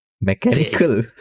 mechanical